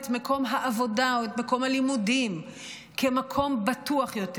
את מקום העבודה או את מקום הלימודים כמקום בטוח יותר,